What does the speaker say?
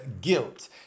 guilt